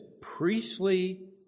priestly